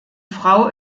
frau